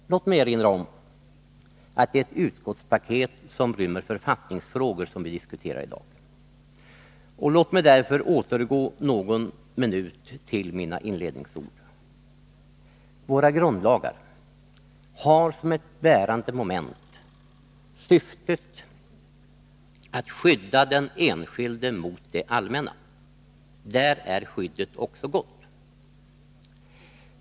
Låt mig erinra om att det är ett utskottspaket som rymmer författningsfrågor som vi diskuterar i dag! Låt mig därför återgå någon minut till mina inledningsord! Våra grundlagar har som ett bärande moment syftet att skydda den enskilde mot det allmänna. Där är skyddet också gott.